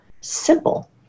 simple